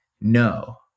no